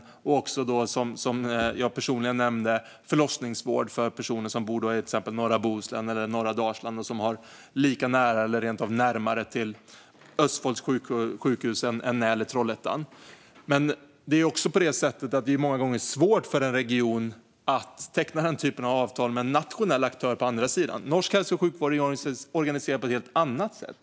Som jag nämnde gäller det även förlossningsvård för personer som bor i till exempel norra Bohuslän eller norra Dalsland och som har lika nära eller rent av närmare till Østfolds sjukhus än till Trollhättan. Många gånger är det dock svårt för en region att teckna sådana avtal med nationella aktörer på andra sidan. Norsk hälso och sjukvård är organiserad på ett helt annat sätt.